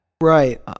Right